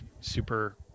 super